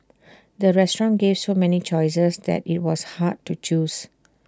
the restaurant gave so many choices that IT was hard to choose